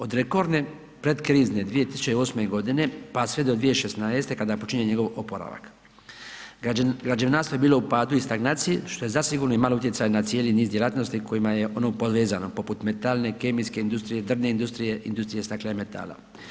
Od rekordne predkrizne 2008. godine pa sve do 2016. kada počinje njegov oporavak, građevinarstvo je bilo u padu i stagnaciji što je zasigurno imalo utjecaj na cijeli niz djelatnosti s kojima je ono povezano, poput metalne, kemijske industrije, drvne industrije, industrije stakla i metala.